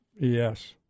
Yes